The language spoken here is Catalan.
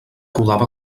rodava